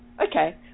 okay